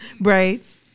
Braids